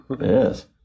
Yes